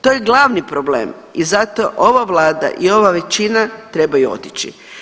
To je glavni problem i zato ova Vlada i ova većina trebaju otići.